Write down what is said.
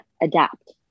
adapt